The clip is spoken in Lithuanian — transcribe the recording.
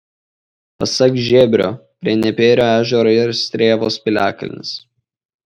pasak žebrio prie nepėro ežero yra strėvos piliakalnis